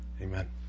Amen